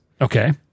Okay